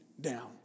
down